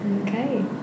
Okay